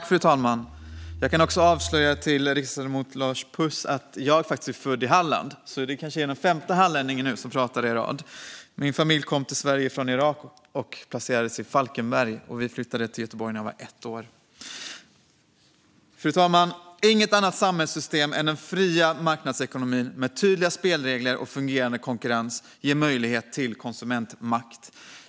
Fru talman! Jag kan avslöja för riksdagsledamot Lars Püss att jag faktiskt är född i Halland, så nu är det kanske den femte hallänningen i rad som pratar. Min familj kom till Sverige från Irak och placerades i Falkenberg, och vi flyttade till Göteborg när jag var ett år. Fru talman! Inget annat samhällssystem än den fria marknadsekonomin, med tydliga spelregler och fungerande konkurrens, ger möjlighet till konsumentmakt.